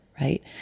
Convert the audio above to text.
right